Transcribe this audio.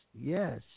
yes